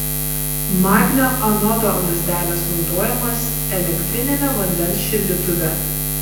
magnio anodo lazdelės naudojimas elektriniame vandens šildytuve